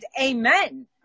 amen